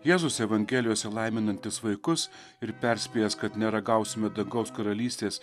jėzus evangelijose laiminantis vaikus ir perspėjęs kad neragausime dangaus karalystės